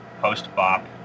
post-bop